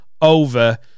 over